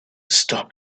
stop